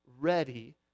ready